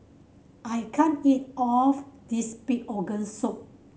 I can't eat all this pig organ soup